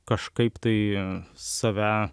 kažkaip tai save